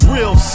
Real